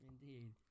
Indeed